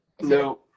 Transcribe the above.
No